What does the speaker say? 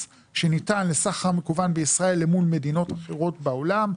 שניתן לסחר מקוון בישראל למול מדינות אחרות בעולם,